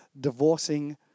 divorcing